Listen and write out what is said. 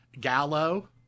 Gallo